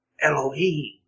Elohim